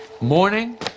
morning